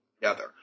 together